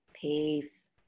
Peace